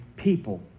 people